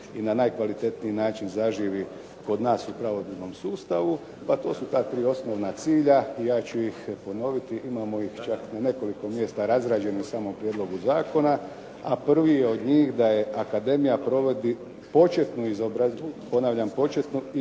i na najkvalitetniji način zaživi kod nas u pravosudnom sustavu. Pa to su ta tri osnovna cilja i ja ću ih ponoviti. Imamo ih čak na nekoliko mjesta razrađeno samo u prijedlogu zakona, a prvi je od njih da je akademija provodi početnu izobrazbu,